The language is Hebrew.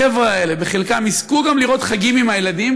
החבר'ה האלה בחלקם יזכו גם לראות חגים עם הילדים,